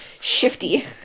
shifty